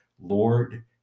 Lord